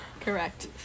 correct